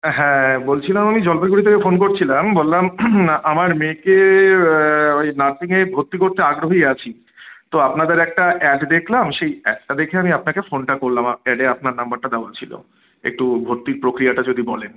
হ্যাঁ বলছিলাম আমি জলপাইগুড়ি থেকে ফোন করছিলাম বললাম আমার মেয়েকে ওই নার্সিংয়ে ভর্তি করতে আগ্রহী আছি তো আপনাদের একটা অ্যাড দেখলাম সেই অ্যাডটা দেখে আমি আপনাকে ফোনটা করলাম অ্যাডে আপনার নাম্বারটা দেওয়া ছিল একটু ভর্তির প্রক্রিয়াটা যদি বলেন